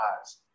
eyes